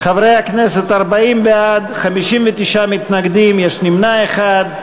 חברי הכנסת, 40 בעד, 59 מתנגדים, נמנע אחד.